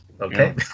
Okay